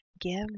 give